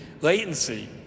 latency